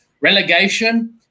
Relegation